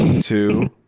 Two